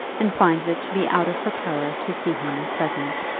and finds it to be out of her power to see him at present.